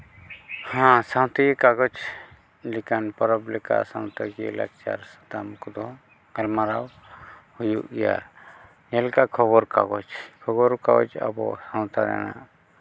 ᱠᱟᱜᱚᱡᱽ ᱞᱮᱠᱟᱱ ᱯᱚᱨᱚᱵᱽ ᱞᱮᱠᱟ ᱥᱟᱱᱛᱟᱲᱤ ᱞᱟᱠᱪᱟᱨ ᱥᱟᱛᱟᱢ ᱠᱚᱫᱚ ᱜᱟᱞᱢᱟᱨᱟᱣ ᱦᱩᱭᱩᱜ ᱜᱮᱭᱟ ᱡᱮᱞᱮᱠᱟ ᱠᱷᱚᱵᱚᱨ ᱠᱟᱜᱚᱡᱽ ᱠᱷᱚᱵᱚᱨ ᱠᱟᱜᱚᱡᱽ ᱟᱵᱚ ᱥᱟᱶᱛᱟ ᱨᱮᱱᱟᱜ